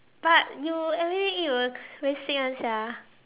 but you everyday eat will very sick [one] sia